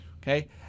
Okay